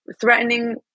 threatening